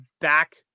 back